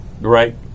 Right